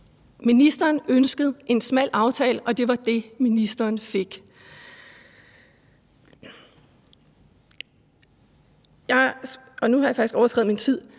Ministeren ønskede en smal aftale, og det var det, ministeren fik. Nu har jeg faktisk overskredet min